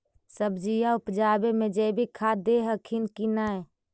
सब्जिया उपजाबे मे जैवीक खाद दे हखिन की नैय?